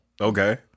Okay